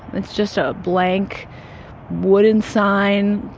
it's just a blank wooden sign,